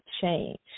change